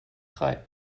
drei